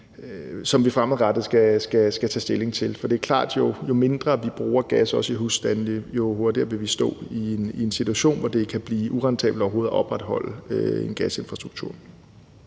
som vi fremadrettet skal tage stilling til, for det er klart, at jo mindre vi bruger gas, også i husstandene, jo hurtigere vil vi stå i en situation, hvor det kan blive urentabelt at opretholde en gasinfrastruktur